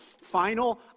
final